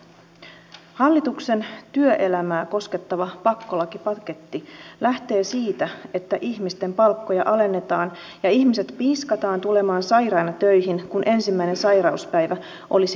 hallituksen työelämää koskettava pakkolakipaketti lähtee siitä että ihmisten palkkoja alennetaan ja ihmiset piiskataan tulemaan sairaina töihin kun ensimmäinen sairauspäivä olisi palkaton